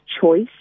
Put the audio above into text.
choice